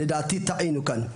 אני חושב שטעינו כאן.